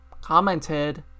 Commented